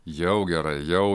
jau gera jau